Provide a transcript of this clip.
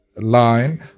Line